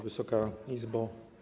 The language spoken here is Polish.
Wysoka Izbo!